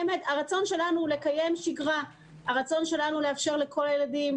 הרצון שלנו לקיים שגרה ולאפשר לכל הילדים